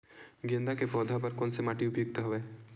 गेंदा के पौधा बर कोन से माटी उपयुक्त हवय?